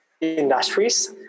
industries